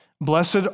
Blessed